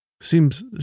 seems